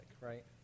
Right